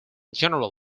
general